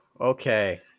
okay